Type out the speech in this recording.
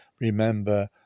remember